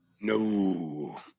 No